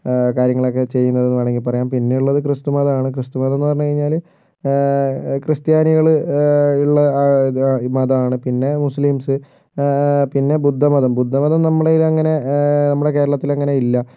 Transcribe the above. കാര്യങ്ങളൊക്കെ ചെയ്യുന്നതെന്നു വേണമെങ്കിൽ പറയാം പിന്നെ ഉള്ളത് ക്രിസ്തുമതമാണ് ക്രിസ്തുമതം എന്ന് പറഞ്ഞു കഴിഞ്ഞാൽ ക്രിസ്ത്യാനികൾ ഉള്ള മതമാണ് പിന്നെ മുസ്ലിംസ് പിന്നെ ബുദ്ധമതം ബുദ്ധമതം നമ്മളതിൽ അങ്ങനെ നമ്മുടെ കേരളത്തിൽ അങ്ങനെ ഇല്ല